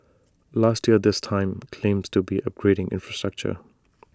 last year this time claims to be upgrading infrastructure